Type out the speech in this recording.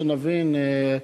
שנבין,